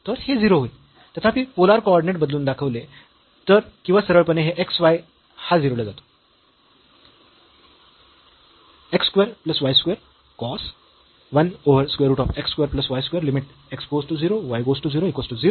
तर हे 0 होईल तथापि पोलर कॉर्डिनेट बदलून दाखविले तर किंवा सरळपणे येथे x y हा 0 ला जातो